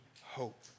hope